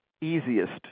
easiest